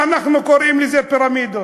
ואנחנו קוראים לזה פירמידות.